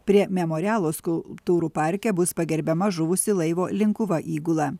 prie memorialo skulptūrų parke bus pagerbiama žuvusi laivo linkuva įgula